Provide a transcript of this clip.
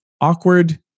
awkward